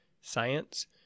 science